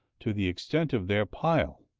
to the extent of their pile,